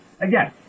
again